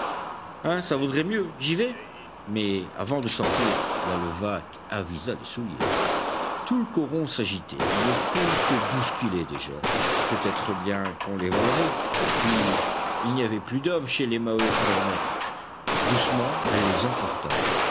hein ça vaudrait mieux j'y vais mais avant de sortir la levaque avisa les souliers tout le coron s'agitait une foule se bousculait déjà peut-être bien qu'on les volerait et puis il n'y avait plus d'homme chez les maheu pour les mettre doucement elle les emporta